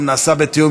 לדעתי הרוב,